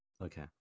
Okay